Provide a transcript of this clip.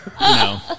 No